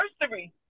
nursery